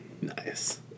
Nice